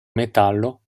metallo